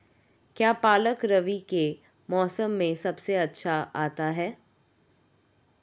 क्या पालक रबी के मौसम में सबसे अच्छा आता है?